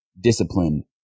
discipline